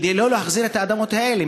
כדי לא להחזיר את האדמות האלה,